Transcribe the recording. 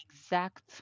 exact